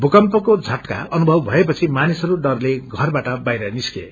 भूकम्पको झटका अनुभव भएपछि मानिसहरू डरले घराबाट बाहिर निस्के